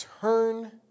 turn